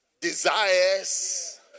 desires